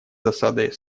досадой